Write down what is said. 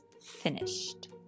finished